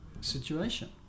situation